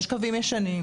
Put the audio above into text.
יש קווים ישנים.